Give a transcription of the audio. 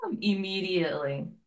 immediately